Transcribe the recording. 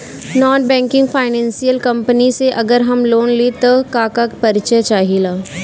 Non banking financial company से अगर हम लोन लि त का का परिचय चाहे ला?